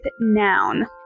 noun